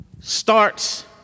starts